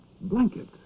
blanket